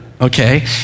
Okay